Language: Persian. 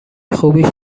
خوبیش